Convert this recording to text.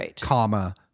comma